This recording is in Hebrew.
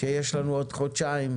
כשיש לנו עוד חודשיים.